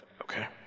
Okay